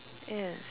yes